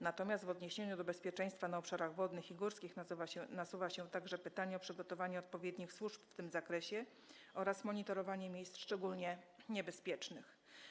Natomiast w odniesieniu do bezpieczeństwa na obszarach wodnych i górskich nasuwa się także pytanie o przygotowanie odpowiednich służb w tym zakresie oraz monitorowanie miejsc szczególnie niebezpiecznych.